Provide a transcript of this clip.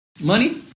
Money